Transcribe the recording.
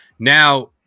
Now